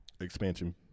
Expansion